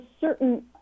certain